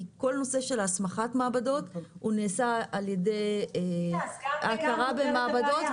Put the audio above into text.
כי כל נושא של הסמכת מעבדות נעשה על ידי הכרה במעבדות,